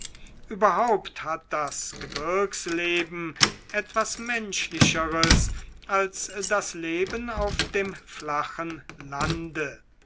überhaupt hat das gebirgsleben etwas menschlicheres als das leben auf dem flachen lande